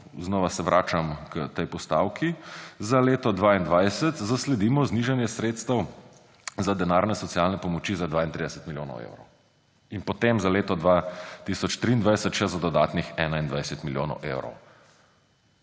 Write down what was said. znova se vračam k postavki za leto 2022, zasledimo znižanje sredstev za denarne socialne pomoči za 32 milijonov evrov in potem za leto 2023 še za dodatnih 21 milijonov evrov.